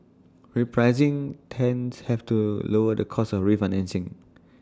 repricing tends have to lower the costs of refinancing